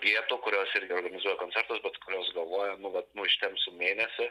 vietų kurios irgi organizuoja koncertus bet kurios galvoja nu vat nu ištempsim mėnesį